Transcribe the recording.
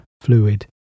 fluid